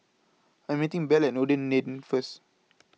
I Am meeting Belle Noordin Lane First